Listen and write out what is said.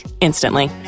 instantly